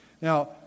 Now